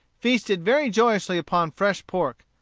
feasted very joyously upon fresh pork.